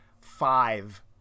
five